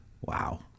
wow